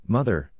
Mother